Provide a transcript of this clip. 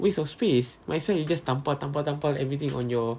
waste of space might as well you just tampal tampal tampal everything on your